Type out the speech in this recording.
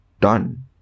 done